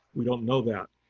we don't know that.